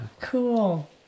Cool